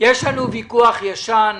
יש לנו ויכוח ישן.